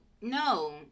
no